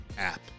app